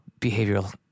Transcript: behavioral